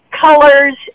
colors